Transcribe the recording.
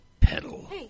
Pedal